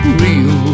real